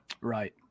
Right